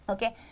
Okay